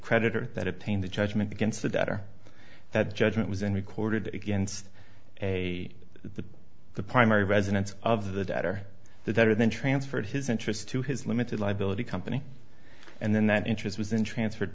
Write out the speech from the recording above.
creditor that attain the judgment against the debtor that judgment was in recorded against a the primary residence of the debtor the debtor then transferred his interest to his limited liability company and then that interest was in transferred